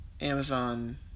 Amazon